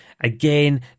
Again